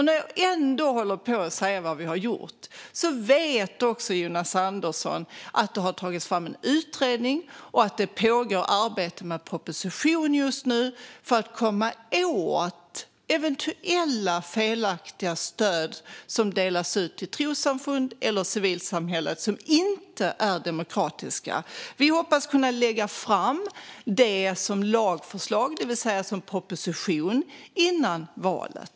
När jag ändå håller på att säga vad vi har gjort: Som Jonas Andersson vet har det tagits fram en utredning, och det pågår arbete med en proposition just nu för att komma åt eventuella felaktiga stöd som delas ut till trossamfund eller delar av civilsamhället som inte är demokratiska. Vi hoppas kunna lägga fram det som lagförslag, det vill säga som en proposition, före valet.